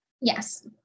Yes